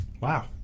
Wow